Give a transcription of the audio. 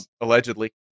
Allegedly